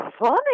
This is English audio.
funny